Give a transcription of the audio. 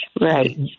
Right